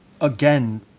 again